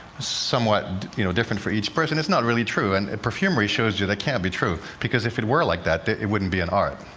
somewhat you know different for each person. it's not really true. and perfumery shows you that can't be true, because if it were like that it wouldn't be an art,